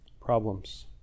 Problems